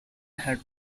had